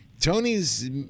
Tony's